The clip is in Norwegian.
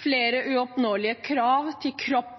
flere uoppnåelige krav til kropp